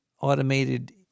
automated